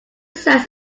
sides